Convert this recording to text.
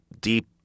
deep